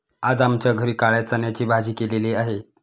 आज आमच्या घरी काळ्या चण्याची भाजी केलेली आहे